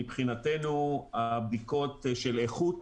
מבחינתנו, הבדיקות של איכות